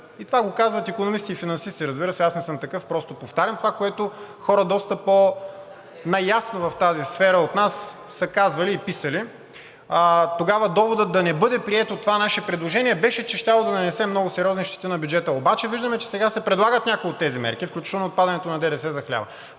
и това го казват икономисти и финансисти, разбира се, аз не съм такъв, просто повтарям това, което хората, доста по-наясно в тази сфера от нас, са казвали и писали. Тогава доводът да не бъде прието това наше предложение беше, че щяло да нанесе много сериозни щети на бюджета. Обаче виждам, че сега се предлагат някои от тези мерки, включително отпадането на ДДС за хляба.